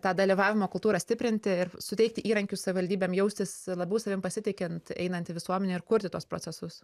tą dalyvavimo kultūrą stiprinti ir suteikti įrankius savivaldybėm jaustis labiau savim pasitikint einant į visuomenę ir kurti tuos procesus